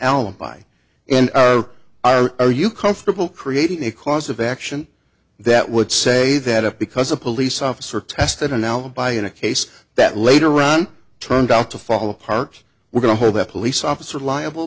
alibi and are are you comfortable creating a cause of action that would say that up because a police officer tested an alibi in a case that later run turned out to fall apart we're going to that police officer liable